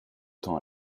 temps